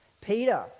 Peter